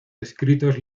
escritos